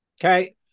okay